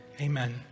Amen